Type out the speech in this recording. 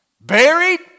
buried